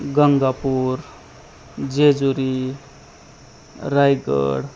Gangapur Jejuri Raigad